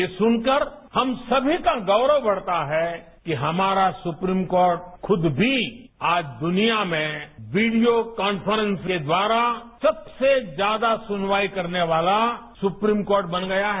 ये सुनकर हम सभी का गौरव बढ़ता है कि हमारा सुप्रीम कोर्ट खुद भी आज दुनिया में वीडियो कांफ्रेंस के द्वारा सबसे ज्यादा सुनवाई करने वाला सुप्रीम कोर्ट बन गया है